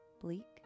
bleak